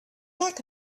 like